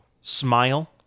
Smile